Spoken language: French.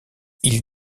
ils